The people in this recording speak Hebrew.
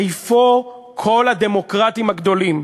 איפה כל הדמוקרטים הגדולים?